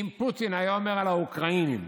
אם פוטין היה אומר על האוקראינים